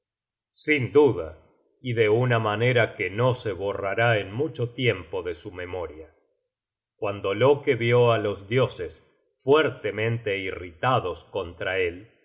sin duda y de una manera que no se borrará en mucho tiempo de su memoria cuando loke vió á los dioses fuertemente irritados contra él